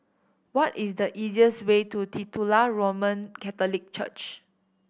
what is the easiest way to Titular Roman Catholic Church